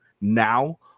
now